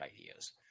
ideas